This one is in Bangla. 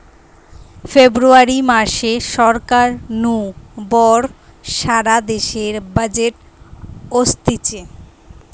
ফেব্রুয়ারী মাসে সরকার নু বড় সারা দেশের বাজেট অসতিছে